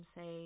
say